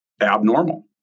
abnormal